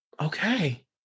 Okay